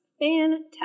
fantastic